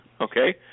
Okay